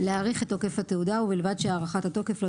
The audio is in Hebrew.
להאריך את תוקף התעודה ובלבד שהארכת התוקף לא